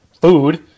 food